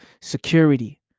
security